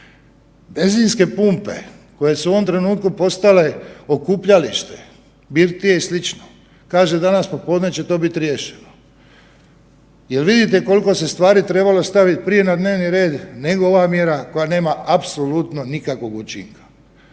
benzinske pumpe koje su u ovom trenutku postale okupljalište, birtije i sl., kaže danas popodne će to biti riješeno. Jel vidite koliko se stvari trebalo staviti prije na dnevni red, nego ova mjera koja nema apsolutno nikakvog učinka.